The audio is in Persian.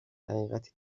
حقیقتی